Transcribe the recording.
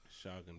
Shocking